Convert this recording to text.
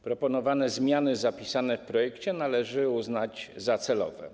Proponowane zmiany zapisane w projekcie należy uznać za celowe.